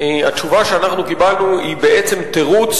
התשובה שאנחנו קיבלנו היא בעצם תירוץ